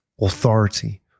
authority